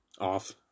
off